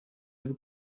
vous